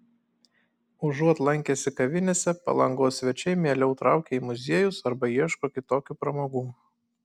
užuot lankęsi kavinėse palangos svečiai mieliau traukia į muziejus arba ieško kitokių pramogų